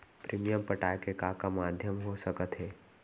Premium पटाय के का का माधयम हो सकत हे?